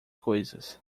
coisas